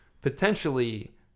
potentially